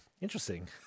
interesting